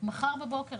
מחר בבוקר,